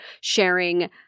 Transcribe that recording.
sharing –